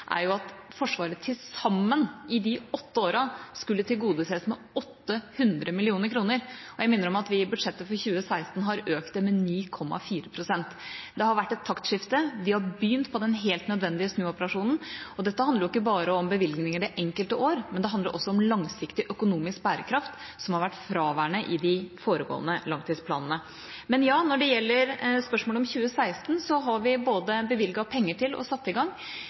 er jo at Forsvaret til sammen i de åtte åra skulle tilgodeses med 800 mill. kroner, og jeg minner om at vi i budsjettet for 2016 har økt det med 9,4 pst. Det har vært et taktskifte. Vi har begynt på den helt nødvendige snuoperasjonen. Dette handler ikke bare om bevilgninger det enkelte år, det handler også om langsiktig økonomisk bærekraft, som har vært fraværende i de foregående langtidsplanene. Men ja, når det gjelder spørsmålet om 2016, har vi både bevilget penger til og satt i gang